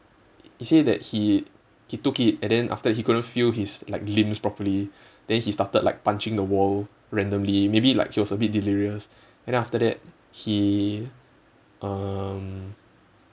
they say that he he took it and then after that he couldn't feel his like limbs properly then he started like punching the wall randomly maybe like he was a bit delirious and then after that he um